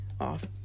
Off